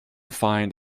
find